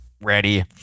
ready